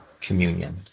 communion